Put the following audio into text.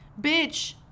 bitch